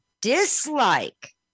dislike